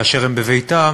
כאשר הם בביתם,